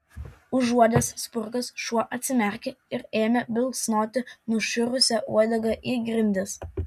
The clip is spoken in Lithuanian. užuodęs spurgas šuo atsimerkė ir ėmė bilsnoti nušiurusia uodega į grindis